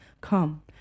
come